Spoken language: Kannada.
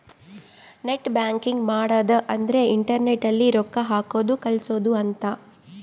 ನೆಟ್ ಬ್ಯಾಂಕಿಂಗ್ ಮಾಡದ ಅಂದ್ರೆ ಇಂಟರ್ನೆಟ್ ಅಲ್ಲೆ ರೊಕ್ಕ ಹಾಕೋದು ಕಳ್ಸೋದು ಅಂತ